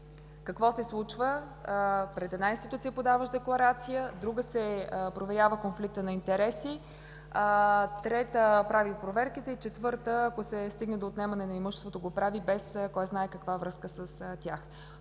Какво се случва? Пред една институция подаваш декларация, в друга се проверява конфликтът на интереси, трета прави проверките и четвърта, ако се стигне до отнемане на имуществото, го прави без кой знае в каква връзка с тях.